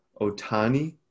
Otani